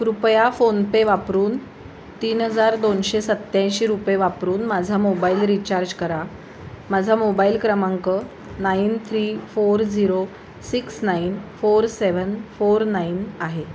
कृपया फोनपे वापरून तीन हजार दोनशे सत्त्याऐंशी रुपये वापरून माझा मोबाईल रिचार्ज करा माझा मोबाईल क्रमांक nine three four zero six nine four seven four nine आहे